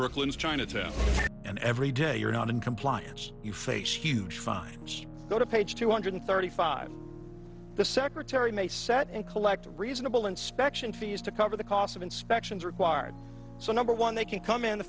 brooklyn's chinatown and every day you're not in compliance you face huge fines go to page two hundred thirty five the secretary may set and collect reasonable inspection fees to cover the cost of inspections required so number one they can come in the